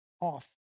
off